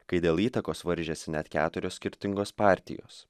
kai dėl įtakos varžėsi net keturios skirtingos partijos